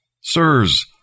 Sirs